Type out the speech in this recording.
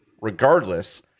Regardless